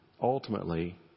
ultimately